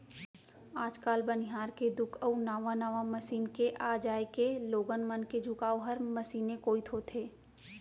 आज काल बनिहार के दुख अउ नावा नावा मसीन के आ जाए के लोगन मन के झुकाव हर मसीने कोइत होथे